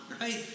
right